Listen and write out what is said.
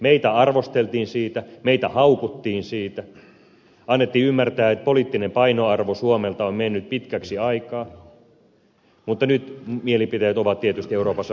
meitä arvosteltiin siitä meitä haukuttiin siitä annettiin ymmärtää että poliittinen painoarvo suomelta on mennyt pitkäksi aikaa mutta nyt mielipiteet ovat tietysti euroopassa muuttuneet